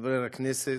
חבר הכנסת,